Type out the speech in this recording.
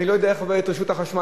אני לא יודע איך עובדת רשות החשמל,